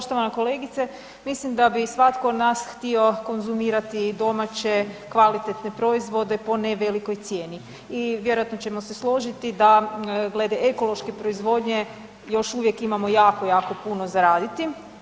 Poštovana kolegice, mislim da bi svatko od nas htio konzumirati domaće kvalitetne proizvode po ne velikoj cijeni i vjerojatno ćemo se složiti da glede ekološke proizvodnje još uvijek imamo jako, jako puno za raditi.